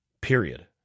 period